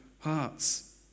hearts